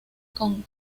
con